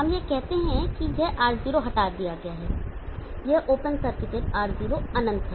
हम यह कहते हैं कि यह R0 हटा दिया गया है कि यह ओपन सर्किटड R0 अनंत है